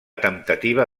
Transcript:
temptativa